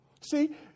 See